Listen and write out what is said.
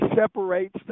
separates